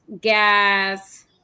gas